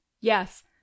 Yes